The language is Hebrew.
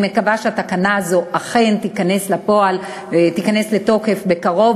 אני מקווה שהתקנה הזאת אכן תיכנס לתוקף בקרוב.